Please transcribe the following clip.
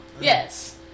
Yes